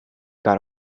got